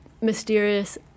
mysterious